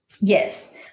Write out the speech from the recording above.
Yes